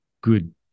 Good